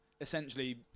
essentially